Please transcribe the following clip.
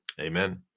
Amen